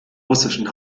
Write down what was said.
russischen